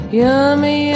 Yummy